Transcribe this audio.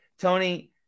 Tony